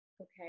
okay